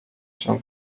się